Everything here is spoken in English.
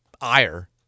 ire